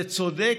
זה צודק,